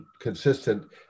consistent